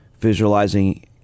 Visualizing